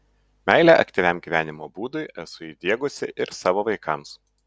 meilę aktyviam gyvenimo būdui esu įdiegusi ir savo vaikams